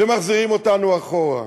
ומחזירים אותנו אחורה.